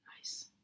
Nice